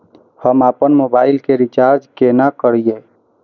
हम आपन मोबाइल के रिचार्ज केना करिए?